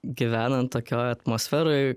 gyvenant tokioj atmosferoj